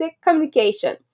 communication